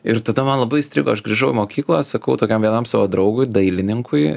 ir tada man labai įstrigo aš grįžau į mokyklą sakau tokiam vienam savo draugui dailininkui